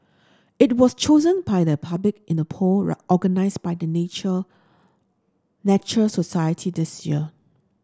it was chosen by the public in a poll organised by the Nature Society this year